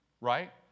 right